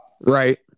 Right